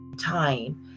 time